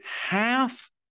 half